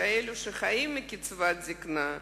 שאלה שחיים מקצבת זיקנה,